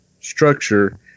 structure